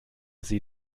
sie